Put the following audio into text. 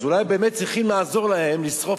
אז אולי באמת צריכים לעזור להם לשרוף,